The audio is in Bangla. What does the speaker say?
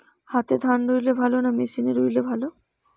হাতে ধান রুইলে ভালো না মেশিনে রুইলে ভালো?